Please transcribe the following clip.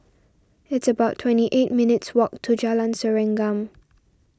it's about twenty eight minutes' walk to Jalan Serengam